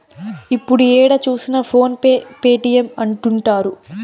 ఇప్పుడు ఏడ చూసినా ఫోన్ పే పేటీఎం అంటుంటారు